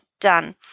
done